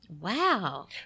Wow